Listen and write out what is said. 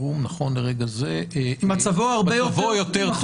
מצבו יותר טוב.